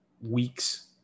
weeks